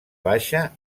baixa